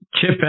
Chip